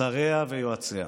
שריה ויועציה,